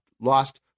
lost